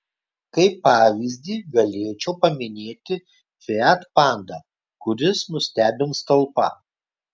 kaip pavyzdį galėčiau paminėti fiat panda kuris nustebins talpa